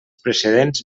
precedents